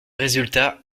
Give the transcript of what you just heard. résultats